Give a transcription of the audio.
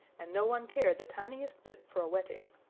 and no one cared the tiniest bit for a wetting.